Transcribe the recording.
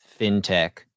fintech